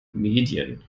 medien